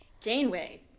Janeway